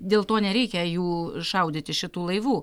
dėl to nereikia jų šaudyti šitų laivų